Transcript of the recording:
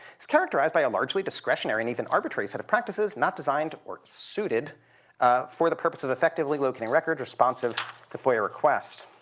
is characterized by a largely discretionary and even arbitrary set of practices not designed or suited for the purpose of effectively locating records responsive to foia requests.